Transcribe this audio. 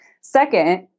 Second